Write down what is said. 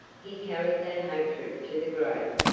he carried that hatred to the grave,